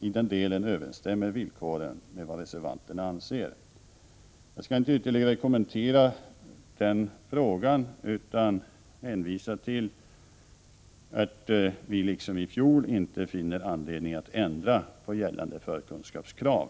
I den delen överensstämmer villkoren med vad reservanterna anser. Jag skall inte ytterligare kommentera den frågan utan hänvisa till att utbildningsutskottet i år liksom i fjol inte finner anledning att ändra på gällande förkunskapskrav.